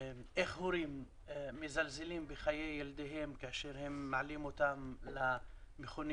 איך הורים מזלזלים בחיי ילדיהם כאשר הם מעלים אותם למכונית.